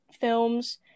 films